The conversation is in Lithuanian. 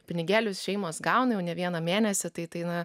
pinigėlius šeimos gauna jau ne vieną mėnesį tai tai na